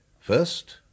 First